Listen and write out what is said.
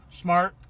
smart